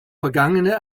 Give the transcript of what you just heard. vergangene